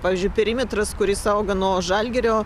pavyzdžiui perimetras kuri auga nuo žalgirio